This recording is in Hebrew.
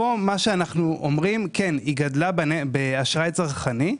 אנחנו אומרים שהיא גדלה באשראי צרכני,